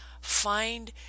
Find